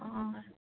অঁ